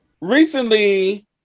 Recently